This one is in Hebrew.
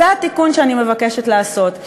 זה התיקון שאני מבקשת לעשות.